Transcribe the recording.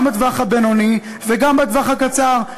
גם לטווח הבינוני וגם לטווח הקצר,